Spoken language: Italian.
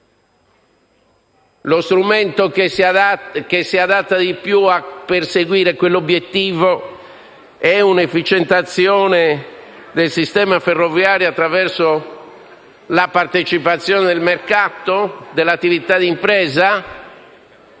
Lo strumento che si adatta di più a perseguire tale obiettivo è un efficientamento del sistema ferroviario attraverso la partecipazione del mercato, dell'attività d'impresa?